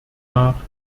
nach